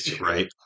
right